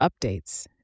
updates